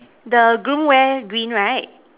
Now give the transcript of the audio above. the groom wear green right